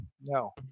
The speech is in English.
No